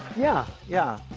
yeah, yeah.